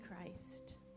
Christ